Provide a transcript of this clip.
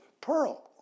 pearl